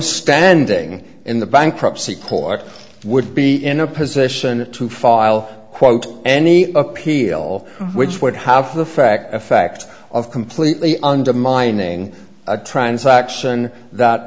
standing in the bankruptcy court would be in a position to file quote any appeal which would have the fact effect of completely undermining a transaction that